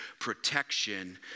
protection